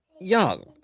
young